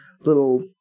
little